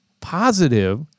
positive